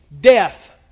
death